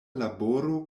laboro